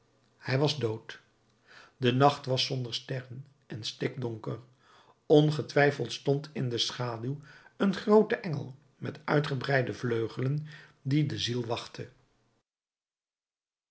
hij was dood de nacht was zonder sterren en stikdonker ongetwijfeld stond in de schaduw een groote engel met uitgebreide vleugelen die de ziel wachtte